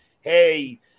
hey